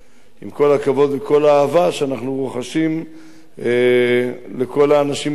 עם כל הכבוד וכל האהבה שאנחנו רוחשים לכל האנשים בעולם.